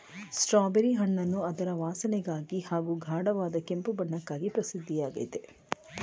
strawberry ಹಣ್ಣನ್ನು ಅದರ ವಾಸನೆಗಾಗಿ ಹಾಗೂ ಗಾಢವಾದ ಕೆಂಪು ಬಣ್ಣಕ್ಕಾಗಿ ಪ್ರಸಿದ್ಧವಾಗಯ್ತೆ